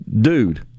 dude